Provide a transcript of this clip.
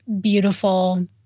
beautiful